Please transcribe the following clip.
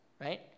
right